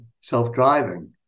self-driving